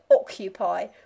occupy